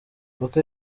paka